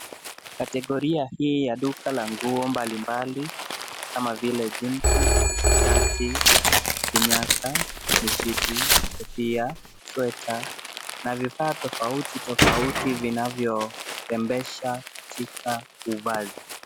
Kategoria hii ya duka la nguo mbali mbali kama vile jinsi, shati, vinyasa, mishipi, kofia, sweta na vifaa tofauti tofauti vinavyorembesha katika uwazi.